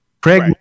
Craig